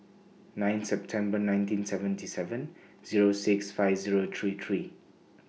nine September nineteen seventy seven Zero six five Zero three three